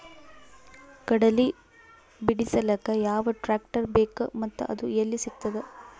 ಕಡಲಿ ಬಿಡಿಸಲಕ ಯಾವ ಟ್ರಾಕ್ಟರ್ ಬೇಕ ಮತ್ತ ಅದು ಯಲ್ಲಿ ಸಿಗತದ?